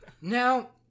now